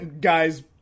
guys